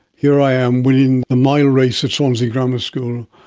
here i am winning the mile race at swansea grammar school,